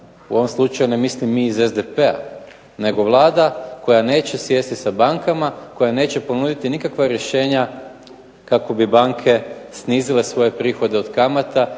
U ovom slučaju ne mislim mi iz SDP-a nego Vlada koja neće sjesti sa bankama, koja neće ponuditi nikakva rješenja kako bi banke snizile svoje prihode od kamata